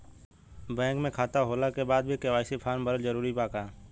Bank में खाता होला के बाद भी के.वाइ.सी फार्म भरल जरूरी बा का?